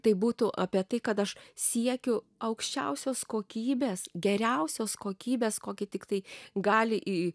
tai būtų apie tai kad aš siekiu aukščiausios kokybės geriausios kokybės kokį tiktai gali į